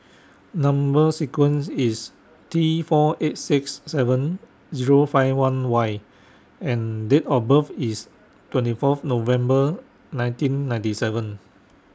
Number sequence IS T four eight six seven Zero five one Y and Date of birth IS twenty Fourth November nineteen ninety seven